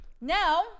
now